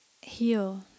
heal